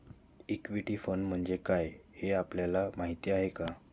Equity fund म्हणजे काय, हे आपल्याला माहीत आहे का?